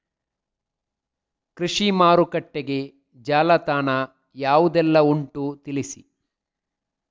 ಕೃಷಿ ಮಾರುಕಟ್ಟೆಗೆ ಜಾಲತಾಣ ಯಾವುದೆಲ್ಲ ಉಂಟು ತಿಳಿಸಿ